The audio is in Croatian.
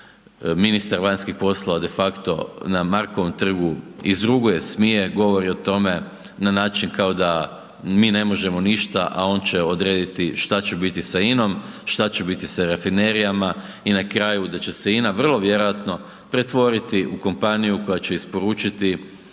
ministar vanjskih poslova de facto na Markovu trgu izruguje, smije, govori o tome na način kao da mi ne možemo ništa a on će odrediti šta će biti sa INA-om, šta će biti sa rafinerijama, i na kraju da će INA vrlo vjerojatno pretvoriti u kompaniju koja će isporučivati